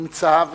נמצא.